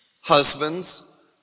Husbands